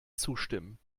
zustimmen